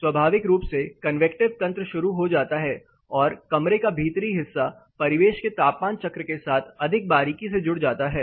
स्वाभाविक रूप से कन्वेकटिव तंत्र शुरू हो जाता है और कमरे का भीतरी हिस्सा परिवेश के तापमान चक्र के साथ अधिक बारीकी से जुड़ जाता है